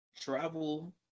travel